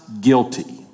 guilty